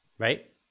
Right